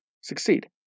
succeed